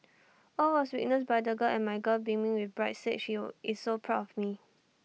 all was witnessed by the girl and my girl beaming with pride said she'll is so proud of me